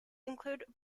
include